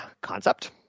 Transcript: concept